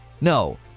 no